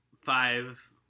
five